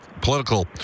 political